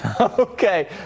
Okay